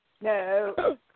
No